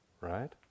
right